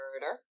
Murder